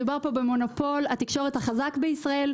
מדובר פה במונופול התקשורת החזק בישראל,